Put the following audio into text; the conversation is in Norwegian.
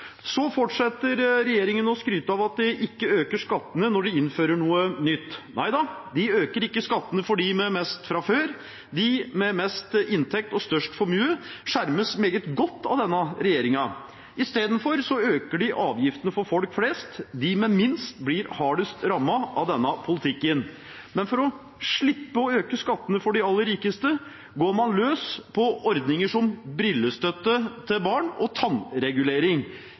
Så fortsetter regjeringen å skryte av at de ikke øker skattene når de innfører noe nytt. Nei da, de øker ikke skattene for dem med mest fra før. De med mest inntekt og størst formue skjermes meget godt av denne regjeringen. Isteden øker de avgiftene for folk flest. De med minst blir hardest rammet av denne politikken. For å slippe å øke skattene for de aller rikeste går man løs på ordninger som brillestøtte til barn og tannregulering.